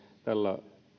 tällä